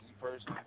person